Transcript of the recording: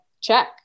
check